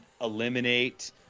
eliminate